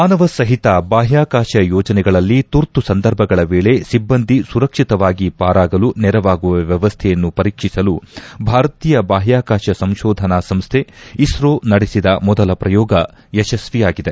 ಮಾನವಸಹಿತ ಬಾಹ್ನಾಕಾಶ ಯೋಜನೆಗಳಲ್ಲಿ ತುರ್ತು ಸಂದರ್ಭಗಳ ವೇಳೆ ಸಿಬ್ಲಂದಿ ಸುರಕ್ಷಿತವಾಗಿ ಪಾರಾಗಲು ನೆರವಾಗುವ ವ್ಯವಸ್ಥೆಯನ್ನು ಪರೀಕ್ಷಿಸಲು ಭಾರತೀಯ ಬಾಹ್ಯಾಕಾಶ ಸಂಶೋಧನಾ ಸಂಸ್ಥೆ ಇಸ್ತೋ ನಡೆಸಿದ ಮೊದಲ ಪ್ರಯೋಗ ಯಶಸ್ವಿಯಾಗಿದೆ